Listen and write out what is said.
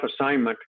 assignment